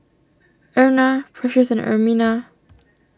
Erna Precious and Ermina